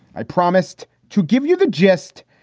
i promised to give you the gist.